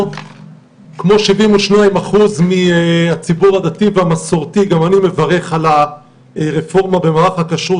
כמו 72% מהציבור הדתי והמסורתי גם אני מברך על הרפורמה במערך הכשרות,